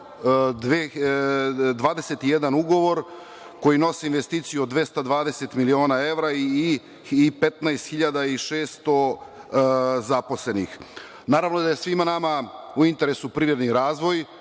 21 ugovor, koji nosi investiciju od 220 miliona evra i 15.600 zaposlenih. Naravno, da je svima nama u interesu privredni razvoj